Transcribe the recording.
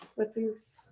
with these